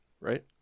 right